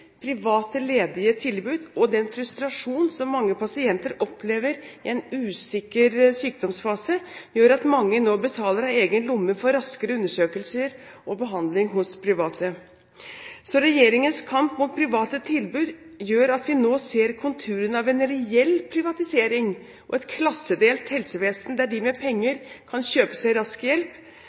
private ledige tilbud og den frustrasjonen som mange pasienter opplever i en usikker sykdomsfase, gjør at mange nå betaler av egen lomme for raskere undersøkelser og behandling hos private. Regjeringens kamp mot private tilbud gjør at vi nå ser konturene av en reell privatisering og et klassedelt helsevesen, der de med penger kan kjøpe seg rask hjelp